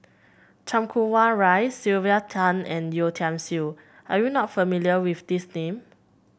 Chan Kum Wah Roy Sylvia Tan and Yeo Tiam Siew are you not familiar with these name